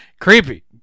creepy